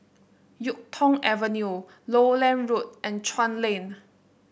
YuK Tong Avenue Lowland Road and Chuan Lane